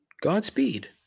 Godspeed